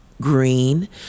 green